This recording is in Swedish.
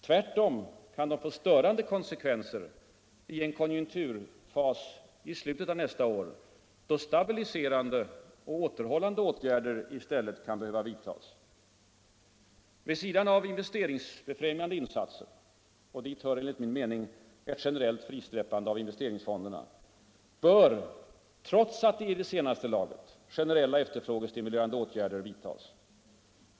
Tvärtom kan de få störande konsekvenser i en konjunkturfas i slutet av nästa år då stabiliserande och återhållande åtgärder i stället kan behöva vidtas. Vid sidan av investeringsbefrämjande insatser — och dit hör enligt min mening ett generellt frisläppande av investeringsfonderna — bör, trots att det är i senaste laget, generella efterfrågestimulerande åtgärder vidtas.